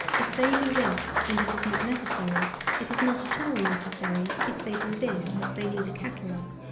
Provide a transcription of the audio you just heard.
if they do this and it is not necessary it is not at all necessary if they do this they need a catalogue.